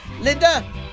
Linda